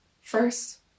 First